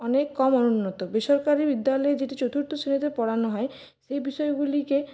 অনেক কম অনুন্নত বেসরকারি বিদ্যালয়ে যেটি চতুর্থ শ্রেণীতে পড়ানো হয় সেই বিষয়গুলিকে